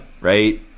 right